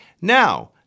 Now